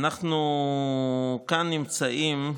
אנחנו כאן נמצאים,